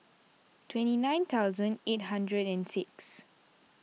twenty nine thousand eight hundred and six